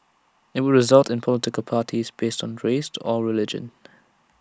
IT would result in political parties based on race or religion